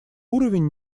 уровень